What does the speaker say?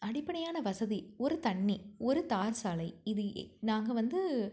அடிப்படையான வசதி ஒரு தண்ணி ஒரு தார் சாலை இது இ நாங்கள் வந்து